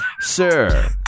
Sir